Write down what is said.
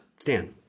Stan